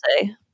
say